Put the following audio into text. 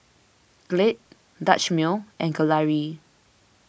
Glade Dutch Mill and Gelare